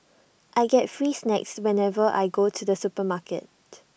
I get free snacks whenever I go to the supermarket